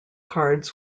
cards